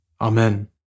Amen